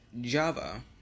Java